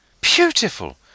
Beautiful